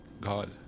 God